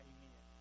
Amen